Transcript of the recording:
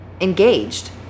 engaged